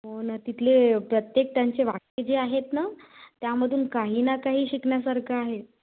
हो ना तिथले प्रत्येक त्यांचे वाक्य जे आहेत ना त्यामधून काही ना काही शिकण्यासारखं आहे